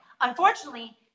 Unfortunately